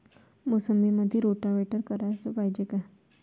मोसंबीमंदी रोटावेटर कराच पायजे का?